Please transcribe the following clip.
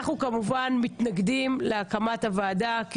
אנחנו כמובן מתנגדים להקמת הוועדה,